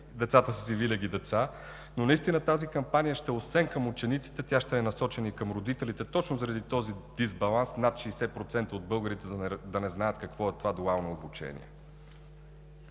децата са си винаги деца, но наистина тази кампания ще е насочена освен към учениците и към родителите точно заради този дисбаланс – над 60% от българите да не знаят какво е „дуално обучение“.